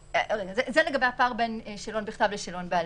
זה לגבי הפער בין שאלון בכתב לשאלון בעל-פה.